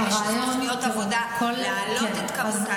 האם יש איזה תוכניות עבודה להעלות את כמות ההצלה?